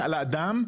אדם,